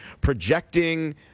projecting